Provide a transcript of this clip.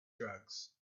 drugs